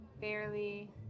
barely